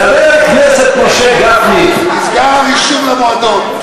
חבר הכנסת משה גפני, נסגר הרישום למועדון.